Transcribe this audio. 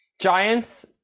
Giants